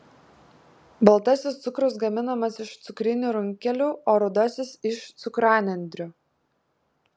baltasis cukrus gaminamas iš cukrinių runkelių o rudasis iš cukranendrių